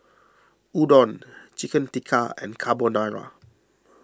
Udon Chicken Tikka and Carbonara